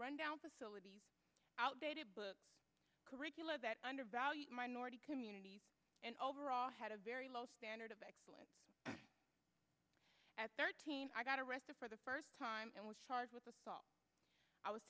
rundown facilities outdated curricula that undervalued minority communities and overall had a very low standard of excellence at thirteen i got arrested for the first time and was charged with assault i was